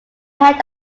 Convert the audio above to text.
head